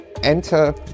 enter